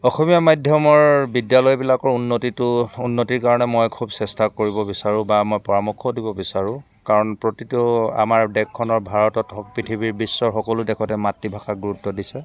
অসমীয়া মাধ্যমৰ বিদ্যালয়বিলাকৰ উন্নতিটো উন্নতিৰ কাৰণে মই খুব চেষ্টা কৰিব বিচাৰো বা মই পৰামৰ্শও দিব বিচাৰো কাৰণ প্ৰতিটো আমাৰ দেশখনৰ ভাৰতত পৃথিৱীৰ বিশ্বৰ সকলো দেশতে মাতৃভাষাক গুৰুত্ব দিছে